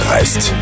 Rest